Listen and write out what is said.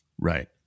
Right